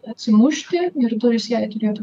atsimušti ir durys jai turėtų